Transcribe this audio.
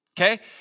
Okay